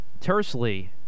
tersely